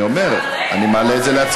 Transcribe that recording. אני אומר: אני מעלה את זה להצבעה.